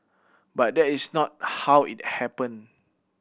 but that is not how it happened